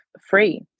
free